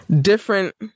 Different